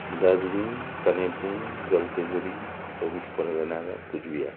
दार्जिलिङ कालिम्पोङ जलपाइगुडी चौबिस परगनास र कुचबिहार